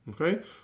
Okay